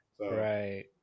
Right